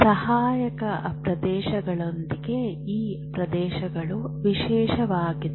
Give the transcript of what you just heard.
ಸಹಾಯಕ ಪ್ರದೇಶಗಳೊಂದಿಗೆ ಈ ಪ್ರದೇಶಗಳು ವಿಶೇಷವಾಗಿವೆ